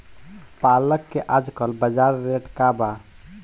पालक के आजकल बजार रेट का बा?